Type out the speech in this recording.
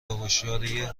هوشیاری